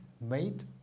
made